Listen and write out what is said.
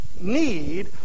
need